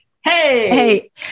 Hey